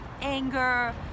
anger